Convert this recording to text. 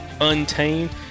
Untamed